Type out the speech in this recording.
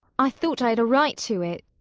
i thought i had a right to it.